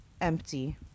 empty